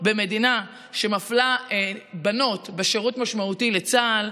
במדינה שמפלה בנות בשירות משמעותי בצה"ל,